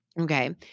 Okay